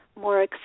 more